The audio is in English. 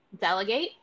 delegate